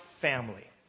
family